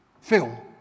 Phil